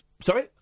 Sorry